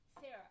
Sarah